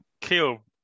kill